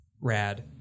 Rad